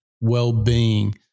well-being